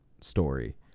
story